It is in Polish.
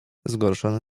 zgorszony